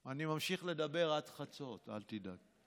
אני ממשיך לדבר עד חצות, אל תדאג.